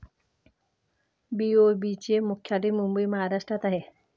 BOB चे मुख्यालय मुंबई महाराष्ट्रात आहे